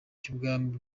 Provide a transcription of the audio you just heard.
cy’ubwami